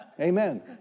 Amen